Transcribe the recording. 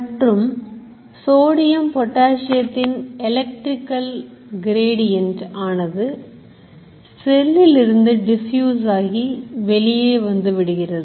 மற்றும் சோடியம் பொட்டாசியத்தின் electrical gradient ஆனது செல்லில் இருந்து difuse ஆகி வெளியே வந்துவிடுகிறது